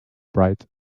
bright